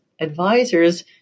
advisors